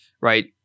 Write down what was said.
right